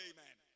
Amen